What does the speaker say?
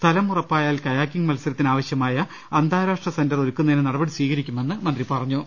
സ്ഥലം ഉറപ്പായാൽ കയാക്കിംഗ് മത്സരത്തിനാവശ്യമായ അന്താ രാഷ്ട്ര സെന്റർ ഒരുക്കുന്നതിന് നടപടി സ്വീകരിക്കുമെന്ന് മന്ത്രി പറഞ്ഞു